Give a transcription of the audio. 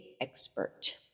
expert